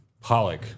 pollock